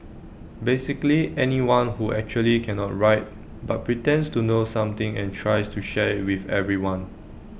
basically anyone who actually cannot write but pretends to know something and tries to share IT with everyone